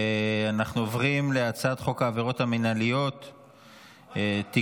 אנחנו עוברים להצעת חוק העבירות המינהליות (תיקון,